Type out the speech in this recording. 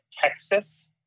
Texas